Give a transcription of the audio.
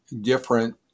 different